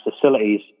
facilities